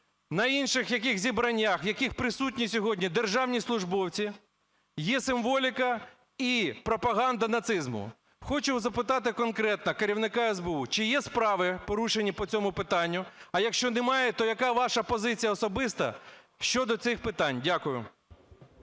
на інших якихось зібраннях, в яких присутні сьогодні державні службовці, є символіка і пропаганда нацизму. Хочу запитати конкретно керівника СБУ. Чи є справи, порушені по цьому питанню? А якщо немає, то яка ваша позиція особиста щодо цих питань? Дякую.